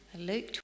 Luke